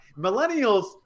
millennials